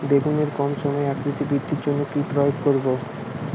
বেগুনের কম সময়ে আকৃতি বৃদ্ধির জন্য কি প্রয়োগ করব?